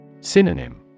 Synonym